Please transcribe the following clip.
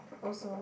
also